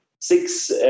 six